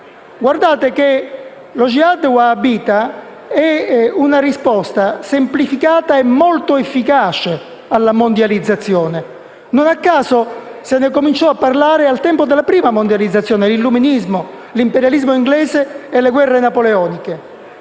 Guardate che lo *jihad* wahabita è una risposta semplificata e molto efficace alla mondializzazione. Non a caso se ne cominciò a parlare al tempo della prima mondializzazione, con l'illuminismo, l'imperialismo inglese e le guerre napoleoniche.